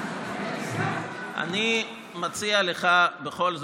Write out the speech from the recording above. אני מציע לך בכל זאת,